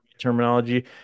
terminology